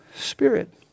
Spirit